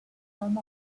home